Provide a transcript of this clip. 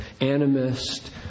animist